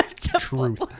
truth